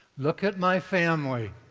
look at my family,